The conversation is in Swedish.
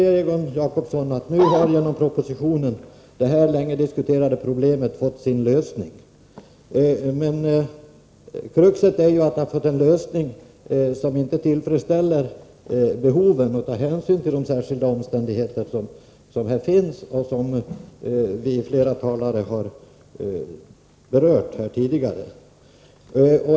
Egon Jacobsson säger att detta länge diskuterade problem genom propositionen har fått sin lösning. Men kruxet är ju att lösningen inte tillfredsställer behoven och inte tar hänsyn till de särskilda omständigheter som finns och som flera talare har berört här tidigare.